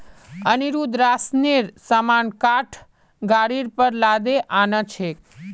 अनिरुद्ध राशनेर सामान काठ गाड़ीर पर लादे आ न छेक